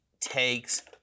takes